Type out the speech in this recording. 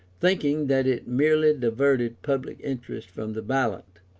thinking that it merely diverted public interest from the ballot,